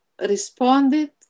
responded